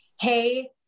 hey